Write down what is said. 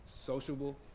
sociable